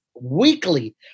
weekly